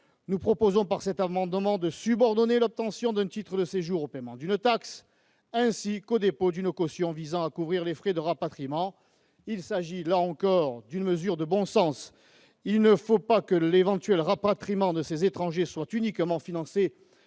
Nous proposons à travers cet amendement de subordonner l'obtention d'un titre de séjour au paiement d'une taxe, ainsi qu'au dépôt d'une caution visant à couvrir les frais de rapatriement. Il s'agit, là encore, d'une mesure de bon sens : il ne faut pas que l'éventuel rapatriement de ces étrangers soit uniquement financé